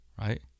Right